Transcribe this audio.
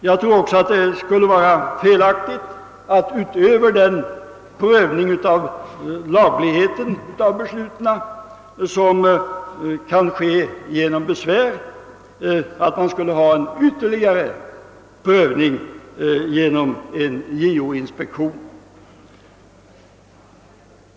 Jag tror också att det skulle vara felaktigt att utöver den prövning av lagligheten av besluten, som kan ske genom besvär, ha en ytterligare prövning genom JO-inspektion.